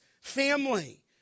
family